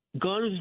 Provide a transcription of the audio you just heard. guns